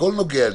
הכול נוגע לי.